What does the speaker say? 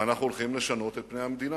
ואנחנו הולכים לשנות את פני המדינה.